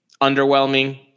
underwhelming